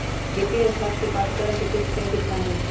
वित्तीय अर्थशास्त्र के पाठ्यक्रम के कुल श्रेय कितना हई?